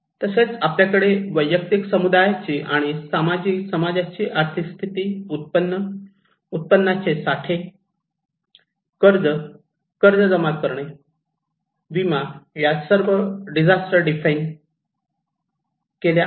तसेच आपल्याकडे वैयक्तिक समुदायाची आणि समाजाची आर्थिक स्थिती आणि उत्पन्न उत्पन्नाचे साठे कर्ज कर्ज जमा करणे विमा या सर्व डिझास्टर डिफाइन केल्या आहेत